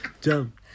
Jump